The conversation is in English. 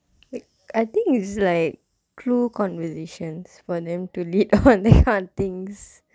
I think is like clue conversations for them to lead that kind of things